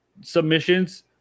submissions